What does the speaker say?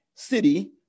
city